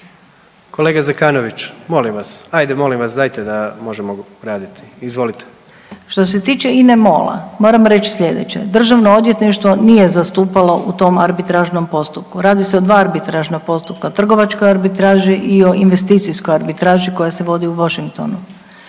Kolega Zekanović, molim vas, ajde molim vas, dajte da možemo raditi. Izvolite./... Što se tiče INA-e MOL-a, moram reći sljedeće, DORH nije zastupalo u tom arbitražnom postupku, radi se o dva arbitražna postupka, trgovačkoj arbitraži i o investicijskoj arbitraži koja se vodi u Washingtonu.